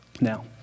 now